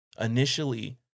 initially